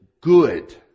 good